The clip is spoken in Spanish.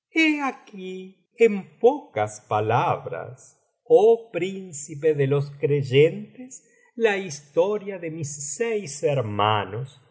aquí en pocas palabras oh principe de los creyentes la historia ele mis seis hermanos